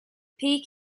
peak